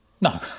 No